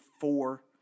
four